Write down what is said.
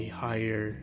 higher